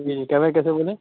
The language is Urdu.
جی جی کوئی کیسے بولے